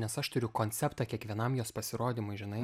nes aš turiu konceptą kiekvienam jos pasirodymui žinai